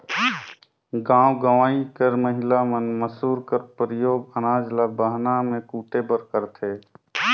गाँव गंवई कर महिला मन मूसर कर परियोग अनाज ल बहना मे कूटे बर करथे